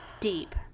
deep